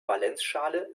valenzschale